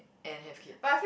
and have kids